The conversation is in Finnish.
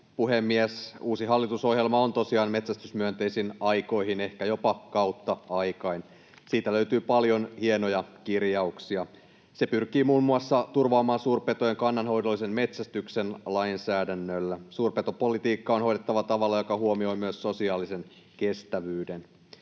puhemies! Uusi hallitusohjelma on tosiaan metsästysmyönteisin aikoihin, ehkä jopa kautta aikain. Siitä löytyy paljon hienoja kirjauksia. Se pyrkii muun muassa turvaamaan suurpetojen kannanhoidollisen metsästyksen lainsäädännöllä. Suurpetopolitiikkaa on hoidettava tavalla, joka huomioi myös sosiaalisen kestävyyden.